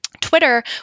Twitter